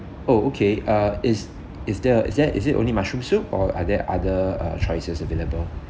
oh okay uh is is the is there is it only mushroom soup or are there other uh choices available